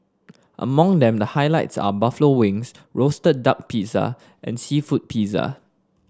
among them the highlights are buffalo wings roasted duck pizza and seafood pizza